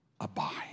abide